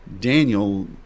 Daniel